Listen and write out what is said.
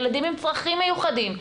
ילדים עם צרכים מיוחדים,